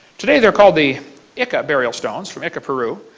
today they are called the ica burial stones, from ica, peru.